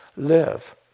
live